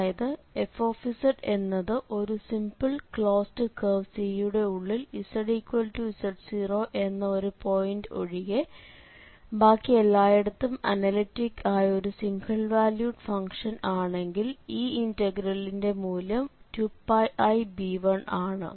അതായത് f എന്നത് ഒരു സിംപിൾ ക്ലോസ്ഡ് കേർവ് C യുടെ ഉള്ളിൽ zz0 എന്ന ഒരു പോയിന്റ് ഒഴികെ ബാക്കി എല്ലായിടത്തും അനലിറ്റിക്ക് ആയ ഒരു സിംഗിൾ വാല്യൂഡ് ഫംഗ്ഷൻ ആണെങ്കിൽ ഈ ഇന്റഗ്രലിന്റെ മൂല്യം 2πib1 ആണ്